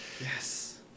Yes